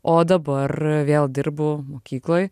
o dabar vėl dirbu mokykloj